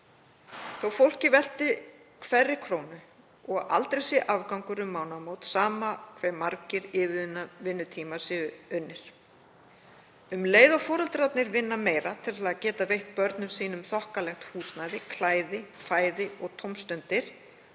að fólkið velti hverri krónu og aldrei sé afgangur um mánaðamót sama hve margir yfirvinnutímar séu unnir. Um leið og foreldrarnir vinna meira til að geta veitt börnum sínum þokkalegt húsnæði, klæði, fæði og tómstundir